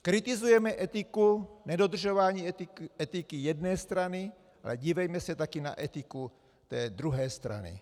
Kritizujeme etiku, nedodržování etiky jedné strany, ale dívejme se taky na etiku té druhé strany.